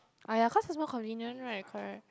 ah ya cause it's more convenient right correct